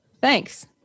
Thanks